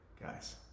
Guys